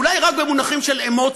אולי רק במונחים של אמוציות,